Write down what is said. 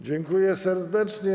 Dziękuję serdecznie.